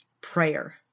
prayer